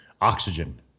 oxygen